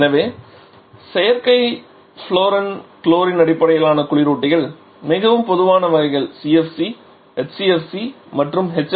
எனவே செயற்கை fluorine chlorine அடிப்படையிலான குளிரூட்டிகளில் மிகவும் பொதுவான வகைகள் CFC HCFC மற்றும் HFC